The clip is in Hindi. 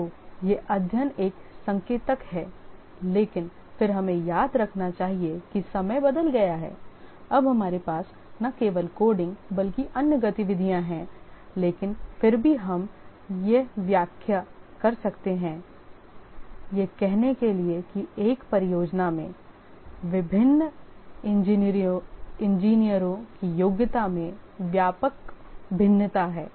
तो यह अध्ययन एक संकेतक है लेकिन फिर हमें याद रखना चाहिए कि समय बदल गया है अब हमारे पास न केवल कोडिंग बल्कि अन्य गतिविधियों हैं लेकिन फिर भी हम यह व्याख्या कर सकते हैं यह कहने के लिए कि एक परियोजना में विभिन्न इंजीनियरों की योग्यता में व्यापक भिन्नता है